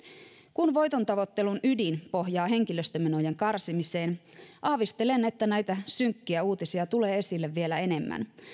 kun voitontavoittelun ydin pohjaa henkilöstömenojen karsimiseen aavistelen että näitä synkkiä uutisia tulee esille vielä enemmän